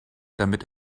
damit